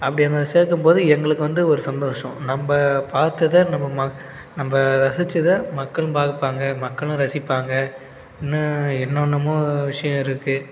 அப்படி அதை சேர்க்கும்போது எங்களுக்கு வந்து ஒரு சந்தோஷம் நம்ப பார்த்தத நம்ப ம நம்ப ரசித்ததை மக்களும் பார்ப்பாங்க மக்களும் ரசிப்பாங்க இன்னும் என்னென்னமோ விஷயம் இருக்குது